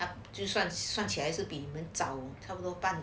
就算算起来是比你们早差不多